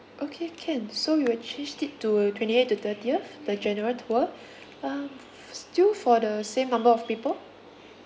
okay can so we will change it to twenty eighth to thirtieth the general tour um f~ still for the same number of people